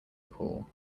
pool